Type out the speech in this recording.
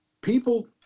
People